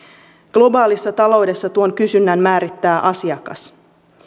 globaalissa taloudessa tuon kysynnän määrittää asiakas